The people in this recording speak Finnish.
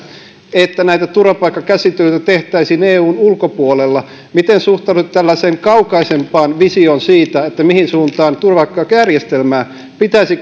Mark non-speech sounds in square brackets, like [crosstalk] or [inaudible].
että näitä turvapaikkakäsittelyitä tehtäisiin eun ulkopuolella miten suhtaudutte tällaiseen kaukaisempaan visioon siitä mihin suuntaan turvapaikkajärjestelmää pitäisi [unintelligible]